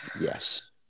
Yes